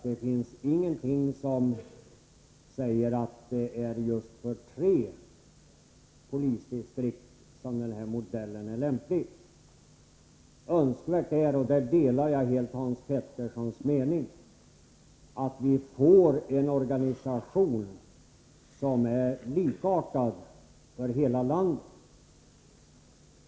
Det finns inte någonting som säger att den nämnda modellen är lämplig bara för tre polisdistrikt. Det är önskvärt — och jag delar därvidlag helt Hans Peterssons i Röstånga mening — att vi får en organisation som är likartad för hela landet.